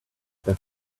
their